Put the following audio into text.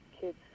kids